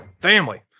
family